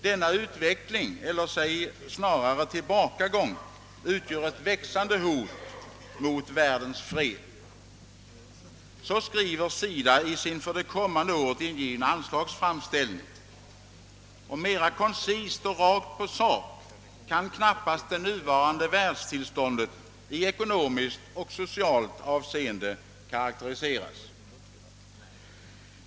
Denna utveckling eller snarare tillbakagång utgör ett växande hot mot världens fred.» Så skriver SIDA i sin för det kommande året ingivna anslagsframställning. Mera koncist och rakt på sak kan knappast det nuvarande världstillståndet i ekonomiskt och socialt avseende karakteriseras.